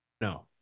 No